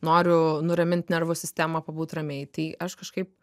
noriu nuramint nervų sistemą pabūt ramiai tai aš kažkaip